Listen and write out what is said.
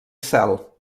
cel